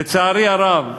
לצערי הרב,